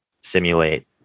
simulate